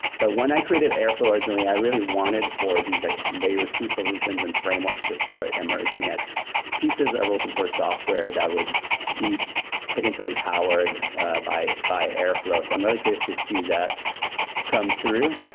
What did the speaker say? but when i created airflow, originally, i really wanted for these like layer two solutions and framework to start emerging at pieces of open source software that would be potentially powered by airflow. so i'm really curious to see that come through.